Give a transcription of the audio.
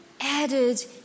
added